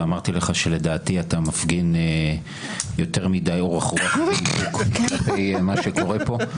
ואמרתי לך שלדעתי אתה מפגין יותר מדי אורך רוח במה שקורה כאן.